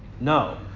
No